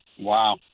Wow